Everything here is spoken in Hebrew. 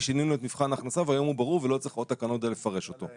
שינינו את מבחן ההכנסה והיום הוא ברור ולא צריך עוד תקנות כדי לפרש אותו.